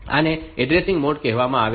આને addressing modes કહેવામાં આવે છે